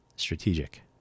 strategic